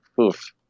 oof